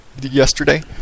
yesterday